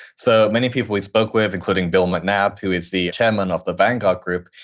so many people we spoke with including bill mcnabb, who is the chairman of the vanguard group,